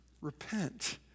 Repent